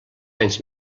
anys